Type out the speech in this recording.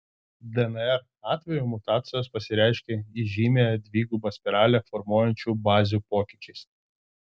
dnr atveju mutacijos pasireiškia įžymiąją dvigubą spiralę formuojančių bazių pokyčiais